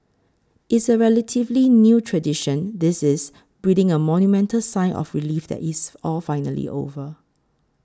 it's a relatively new tradition this is breathing a monumental sigh of relief that it's all finally over